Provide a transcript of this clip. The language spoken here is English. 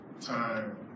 time